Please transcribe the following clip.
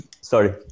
Sorry